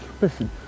listen